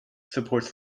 supports